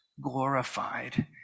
glorified